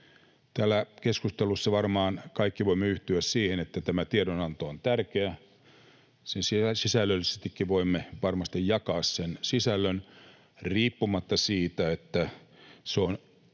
Täällä keskustelussa varmaan kaikki voimme yhtyä siihen, että tämä tiedonanto on tärkeä. Sisällöllisestikin voimme varmasti jakaa sen sisällön riippumatta siitä, että